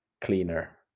cleaner